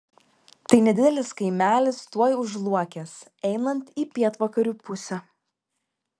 tai nedidelis kaimelis tuoj už luokės einant į pietvakarių pusę